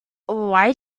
why